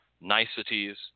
niceties